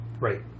right